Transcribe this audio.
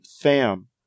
fam